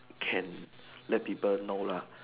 can let people know lah